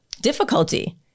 difficulty